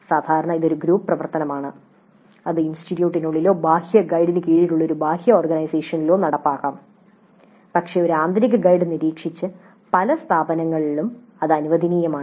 സാധാരണ ഇത് ഒരു ഗ്രൂപ്പ് പ്രവർത്തനമാണ് ഇത് ഇൻസ്റ്റിറ്റ്യൂട്ടിനുള്ളിലോ ബാഹ്യ ഗൈഡിന് കീഴിലുള്ള ഒരു ബാഹ്യ ഓർഗനൈസേഷനിലോ നടപ്പിലാക്കാം പക്ഷേ ഒരു ആന്തരിക ഗൈഡ് നിരീക്ഷിച്ച് പല സ്ഥാപനങ്ങളിലും ഇത് അനുവദനീയമാണ്